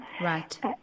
Right